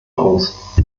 aus